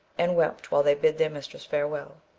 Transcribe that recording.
and wept while they bid their mistress farewell.